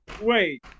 wait